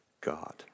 God